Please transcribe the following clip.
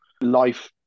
life